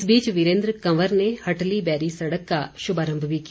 इस बीच वीरेन्द्र कंवर ने हटली बैरी सड़क का शुभारंभ भी किया